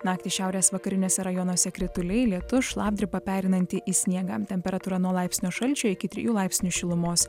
naktį šiaurės vakariniuose rajonuose krituliai lietus šlapdriba pereinanti į sniegą temperatūra nuo laipsnio šalčio iki trijų laipsnių šilumos